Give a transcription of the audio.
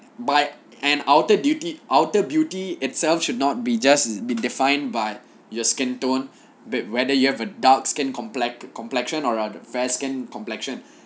by an outer beauty outer beauty itself should not be just been defined by your skin tone but whether you have a dark skin complex~ complexion or are fair skin complexion